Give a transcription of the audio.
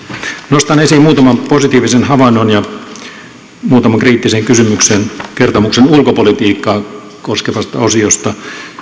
nostan esiin muutaman positiivisen havainnon ja muutaman kriittisen kysymyksen kertomuksen ulkopolitiikkaa koskevasta osiosta